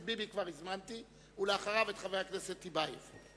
ביבי כבר הזמנתי, ואחריו, חבר הכנסת טיבייב.